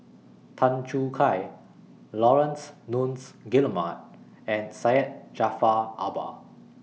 Tan Choo Kai Laurence Nunns Guillemard and Syed Jaafar Albar